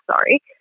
sorry